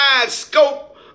scope